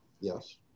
Yes